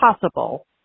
possible